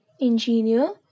Engineer